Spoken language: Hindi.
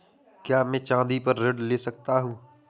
क्या मैं चाँदी पर ऋण ले सकता हूँ?